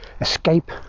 escape